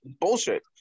bullshit